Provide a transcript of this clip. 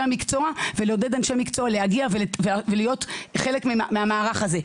המקצוע ולעודד אנשי מקצוע להגיע ולהיות חלק מהמערך הזה,